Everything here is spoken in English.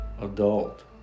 adult